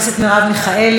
אינו נוכח,